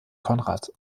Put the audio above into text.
konrad